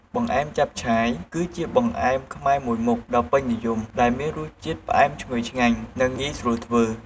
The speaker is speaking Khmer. បង្អែមចាប់ឆាយ គឺជាបង្អែមខ្មែរមួយមុខដ៏ពេញនិយម ដែលមានរសជាតិផ្អែមឈ្ងុយឆ្ងាញ់ និងងាយស្រួលធ្វើ។